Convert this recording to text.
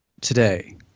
today